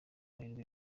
amahirwe